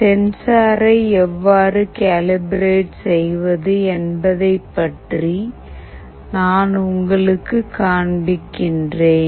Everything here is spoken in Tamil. சென்சாரை எவ்வாறு கேலிப்ரேட் செய்வது என்பதைப் பற்றி நான் உங்களுக்குக் காண்பிக்கிறேன்